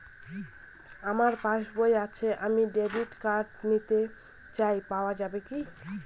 আমার পাসবই আছে আমি ডেবিট কার্ড নিতে চাই পাওয়া যাবে কি?